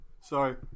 Sorry